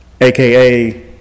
aka